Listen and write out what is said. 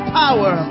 power